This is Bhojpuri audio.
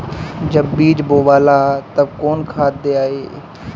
जब बीज बोवाला तब कौन खाद दियाई?